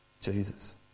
Jesus